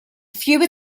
fewer